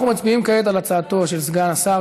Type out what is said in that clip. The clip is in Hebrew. אנחנו מצביעים כעת על הצעתו של סגן השר